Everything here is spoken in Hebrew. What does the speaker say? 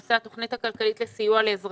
הקורונה החדש בנושא התוכנית הכלכלית לסיוע לאזרחים